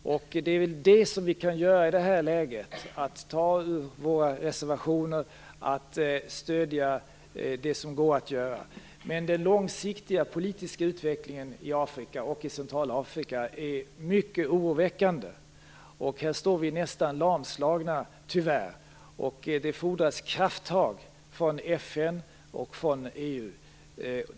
Det är väl just detta vi kan göra i det här läget: ta ur våra reservationer och stödja det som går. Den långsiktiga politiska utvecklingen i Centralafrika är dock mycket oroväckande. Här står vi tyvärr nästan lamslagna. Det fordras krafttag från FN och från EU.